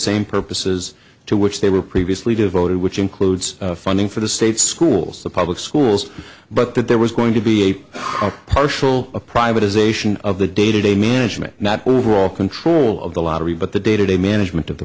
same purposes to which they were previously devoted which includes funding for the state schools the public schools but that there was going to be a partial privatization of the day to day management not overall control of the lottery but the day to day management of the